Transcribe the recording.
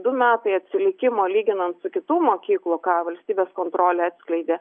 du metai atsilikimo lyginant su kitų mokyklų ką valstybės kontrolė atskleidė